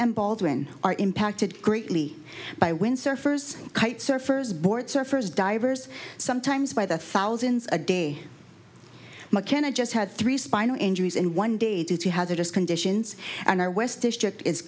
and baldwin are impacted greatly by windsurfers kite surfers board surfers divers sometimes by the thousands a day mckenna just had three spinal injuries in one day due to hazardous conditions and our west district is